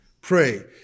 Pray